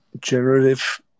generative